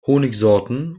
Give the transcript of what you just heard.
honigsorten